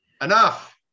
enough